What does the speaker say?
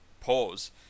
pause